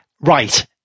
right